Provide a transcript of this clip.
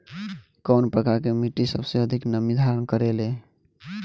कउन प्रकार के मिट्टी सबसे अधिक नमी धारण करे ले?